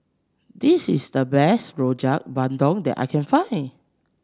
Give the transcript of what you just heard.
this is the best Rojak Bandung that I can find